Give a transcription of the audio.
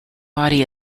body